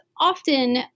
often